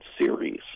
series